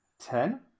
Ten